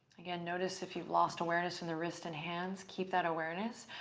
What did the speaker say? again, notice if you've lost awareness in the wrists and hands. keep that awareness.